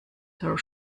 her